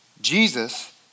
Jesus